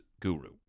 guru